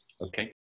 Okay